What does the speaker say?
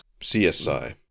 CSI